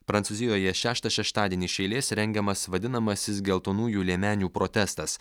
prancūzijoje šeštą šeštadienį iš eilės rengiamas vadinamasis geltonųjų liemenių protestas